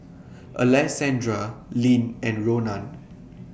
Alessandra Lyn and Ronan